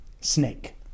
snake